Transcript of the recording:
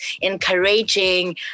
encouraging